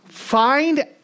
Find